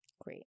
Great